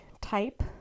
type